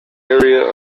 area